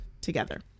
together